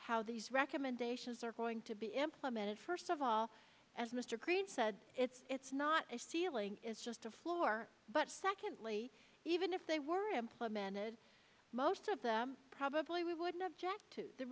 how these recommendations are going to be implemented first of all as mr creede said it's it's not a ceiling is just a floor but secondly even if they were implemented most of them probably wouldn't object to the